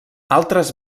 altres